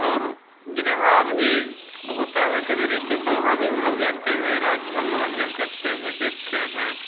और विधा भी होता है कजरी पे तो वहाँ भी हम लोग जाते हैं रात भर मनोरंजन करते हैं देखते हैं